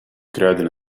kruiden